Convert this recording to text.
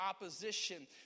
opposition